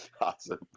Awesome